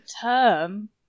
term